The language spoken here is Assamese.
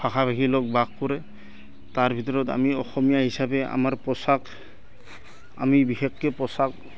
ভাষা ভাষী লোক বাস কৰে তাৰ ভিতৰত আমি অসমীয়া হিচাপে আমাৰ পোচাক আমি বিশেষকে পোচাক